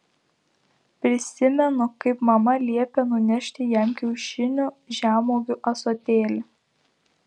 prisimenu kaip mama liepė nunešti jam kiaušinių žemuogių ąsotėlį